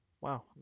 wow